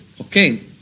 Okay